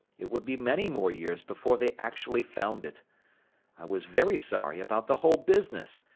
it would be many more years before they actually found it. i was very sorry about the whole business,